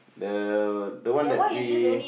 the the one that we